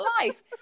life